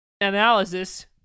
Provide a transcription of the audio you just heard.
analysis